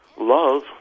Love